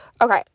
okay